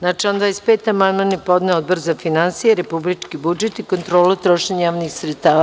Na član 25. amandman je podneo Odbor za finansije, republički budžet i kontrolu trošenja javnih sredstava.